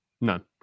none